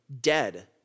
dead